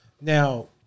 Now